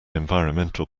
environmental